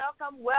welcome